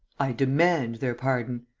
i demand their pardon.